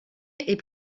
est